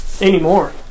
Anymore